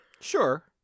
Sure